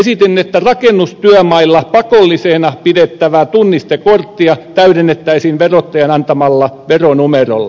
esitin että rakennustyömailla pakollisena pidettävää tunnistekorttia täydennettäisiin verottajan antamalla veronumerolla